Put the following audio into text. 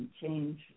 change